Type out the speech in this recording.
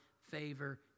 favor